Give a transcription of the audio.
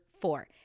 four